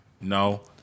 No